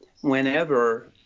whenever